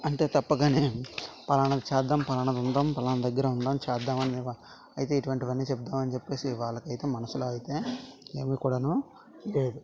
అంతే తప్ప కానీ ఫలానా చేద్దాం ఫలానా ఉందాం ఫలానా దగ్గర ఉందాం చేద్దాం అని అయితే ఇటువంటివి అన్నీ చెప్తాం అని చెప్పి వాళ్ళకి వాళ్ళుకు అయితే మనస్సులో అయితే ఏమి కూడా లేదు